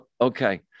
Okay